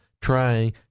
trying